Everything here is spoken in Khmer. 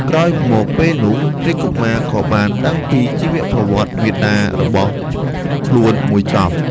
ក្រោយមកពេលនោះ រាជកុមារក៏បានដឹងជីវប្រវត្តិមាតារបសើខ្លួនមួយចប់។